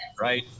right